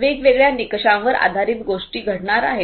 वेगवेगळ्या निकषांवर आधारित गोष्टी घडणार आहेत